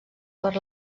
per